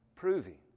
Proving